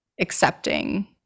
accepting